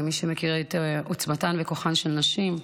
למי שמכיר היטב את עוצמתן וכוחן של נשים,